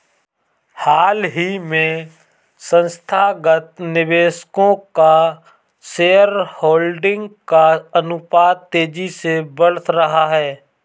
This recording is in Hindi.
हाल ही में संस्थागत निवेशकों का शेयरहोल्डिंग का अनुपात तेज़ी से बढ़ रहा है